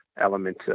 element